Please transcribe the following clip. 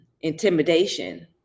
intimidation